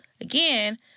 again